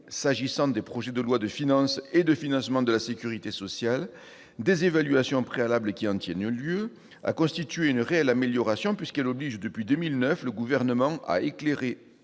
s'agissant des projets de loi de finances ou de financement de la sécurité sociale, des évaluations préalables qui en tiennent lieu -a constitué une réelle amélioration, puisqu'en principe elle oblige, depuis 2009, le Gouvernement à éclairer